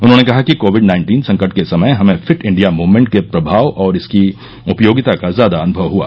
उन्होंने कहा कि कोविड नाइन्टीन संकट के दौरान हमें फिट इंडिया मूवमेंट के प्रभाव और इसकी उपयोगिता का ज्यादा अनुभव हुआ